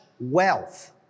wealth